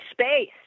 space